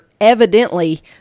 evidently